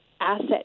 asset